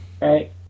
right